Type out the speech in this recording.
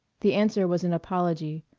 the answer was an apology,